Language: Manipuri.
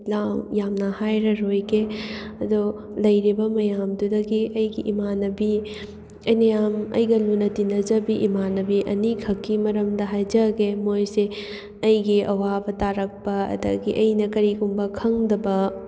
ꯌꯥꯝꯅ ꯍꯥꯏꯔꯔꯣꯏꯒꯦ ꯑꯗꯣ ꯂꯩꯔꯤꯕ ꯃꯌꯥꯝꯗꯨꯗꯒꯤ ꯑꯩꯒꯤ ꯏꯃꯥꯟꯅꯕꯤ ꯑꯩ ꯌꯥꯝ ꯑꯩꯒ ꯂꯨꯅ ꯇꯤꯟꯅꯖꯕꯤ ꯏꯃꯥꯟꯅꯕꯤ ꯑꯅꯤꯈꯛꯀꯤ ꯃꯔꯝꯗ ꯍꯥꯏꯖꯒꯦ ꯃꯣꯏꯁꯦ ꯑꯩꯒꯤ ꯑꯋꯥꯕ ꯇꯥꯔꯛꯄ ꯑꯗꯒꯤ ꯑꯩꯅ ꯀꯔꯤꯒꯨꯝꯕ ꯈꯪꯗꯕ